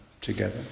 together